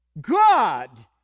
God